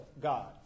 God